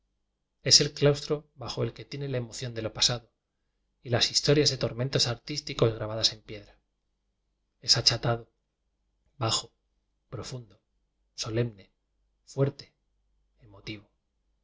es el claustro bajo el que tiene la emoción de lo pasado y las historias de tormentos artísticos grabadas en piedras es achatado bajo profundo solemne fuerte emotivo